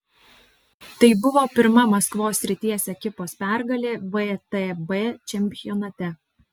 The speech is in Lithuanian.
tai buvo pirma maskvos srities ekipos pergalė vtb čempionate